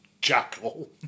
jackal